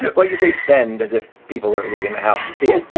but well, you say send as if people are leaving the house to see it but